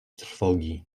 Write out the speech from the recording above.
trwogi